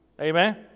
Amen